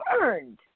earned